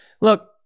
Look